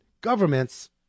governments